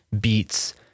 beats